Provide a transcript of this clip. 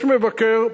יש מבקר פורש,